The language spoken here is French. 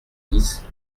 dix